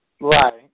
Right